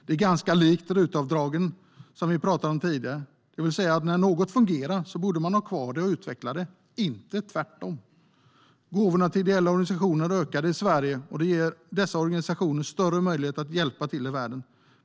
Det är ganska likt RUT-avdragen som vi pratade om tidigare, det vill säga när något fungerar så borde man ha kvar det och utveckla det - inte tvärtom. Gåvorna till ideella organisationer ökade i Sverige, och det ger dessa organisationer större möjlighet att hjälpa till i världen.